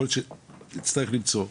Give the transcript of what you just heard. יכול להיות שנצטרך למצוא.